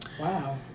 Wow